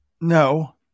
No